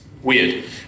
weird